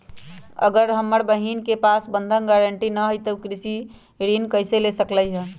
अगर हमर बहिन के पास बंधक गरान्टी न हई त उ कृषि ऋण कईसे ले सकलई ह?